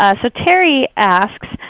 ah so terry asks,